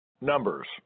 Numbers